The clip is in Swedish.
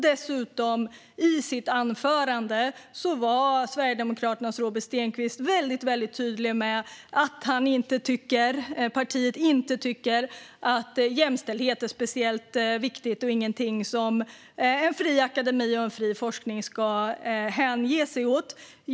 Dessutom var Sverigedemokraternas Robert Stenkvist i sitt anförande väldigt tydlig med att han och partiet inte tycker att jämställdhet är speciellt viktigt eller något som en fri akademi och en fri forskning ska hänge sig åt.